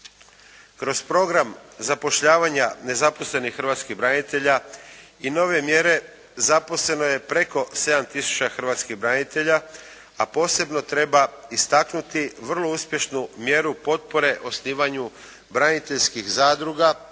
Kroz program zapošljavanja nezaposlenih hrvatskih branitelja i nove mjere zaposleno je preko 7000 hrvatskih branitelja a posebno treba istaknuti vrlo uspješnu mjeru potpore osnivanju braniteljskih zadruga,